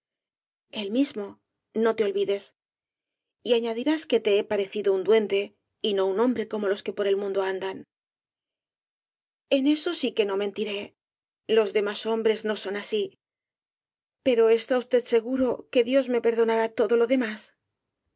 el mismo no te olvides y añadirás que te he parecido un duende y no un hombre como los que por el mundo andan en eso sí que no mentiré los demás hombres no son así pero está usted seguro que dios me perdonará todo lo demás